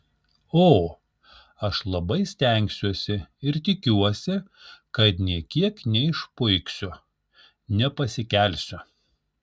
o aš labai stengsiuosi ir tikiuosi kad nė kiek neišpuiksiu nepasikelsiu